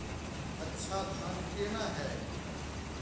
अच्छा धान केना हैय?